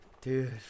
Dude